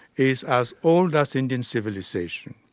is as old as indian civilisation.